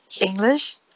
English